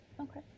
Okay